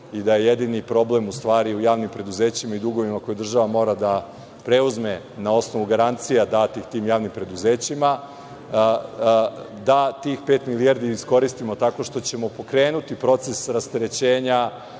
i da je jedini problem u stvari u javnim preduzećima i dugovima koje država mora da preuzme na osnovu garancija datih tim javnim preduzećima, da tih pet milijardi iskoristimo tako što ćemo pokrenuti proces rasterećenja